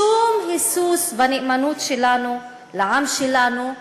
שום היסוס בנאמנות שלנו לעם שלנו.